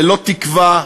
ללא תקווה,